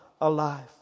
alive